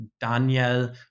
Daniel